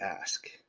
ask